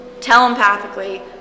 telepathically